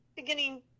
beginning